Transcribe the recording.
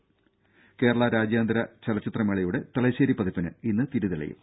ത കേരള രാജ്യാന്തര ചലച്ചിത്രമേളയുടെ തലശ്ശേരി പതിപ്പിന് ഇന്ന് തിരി തെളിയും